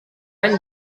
any